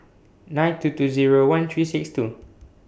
nine two two Zero one three six two